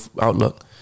outlook